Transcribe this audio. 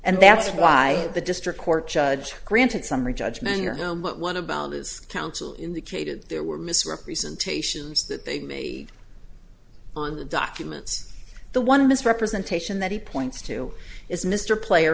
and that's why the district court judge granted summary judgment or no one about his counsel indicated there were misrepresentations that they made on the documents the one misrepresentation that he points to is mr player